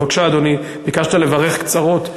בבקשה, אדוני, ביקשת לברך קצרות.